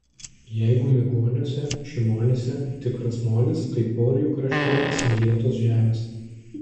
jeigu migoniuose šimoniuose tikras molis tai porijų krašte smėlėtos žemės